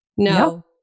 No